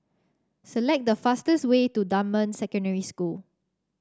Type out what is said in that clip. select the fastest way to Dunman Secondary School